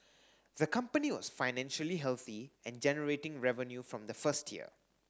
the company was financially healthy and generating revenue from the first year